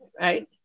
Right